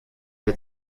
der